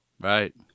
Right